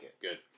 Good